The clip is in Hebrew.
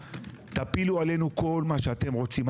תפילו עלינו כל מה שאתם רוצים,